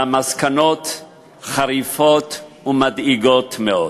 והמסקנות חריפות ומדאיגות מאוד.